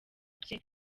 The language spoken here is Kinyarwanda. cye